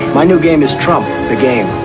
my new game is trump the game.